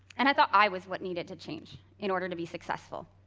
and i thought i was what needed to change, in order to be successful.